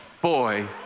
boy